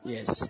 Yes